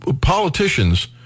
politicians